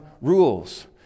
rules